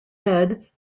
head